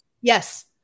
Yes